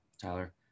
tyler